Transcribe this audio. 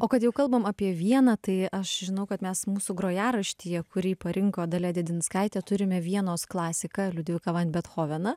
o kad jau kalbam apie vieną tai aš žinau kad mes mūsų grojaraštyje kurį parinko dalia dėdinskaitė turime vienos klasiką liudviką van bethoveną